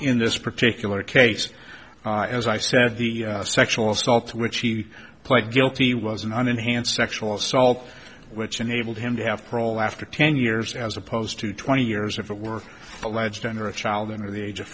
in this particular case as i said the sexual assault which he pled guilty was in an enhanced sexual assault which enabled him to have prole after ten years as opposed to twenty years if it were alleged under a child under the age of